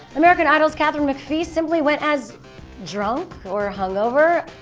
american idols katherine mcphee simply went as drunk? or hungover?